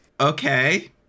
okay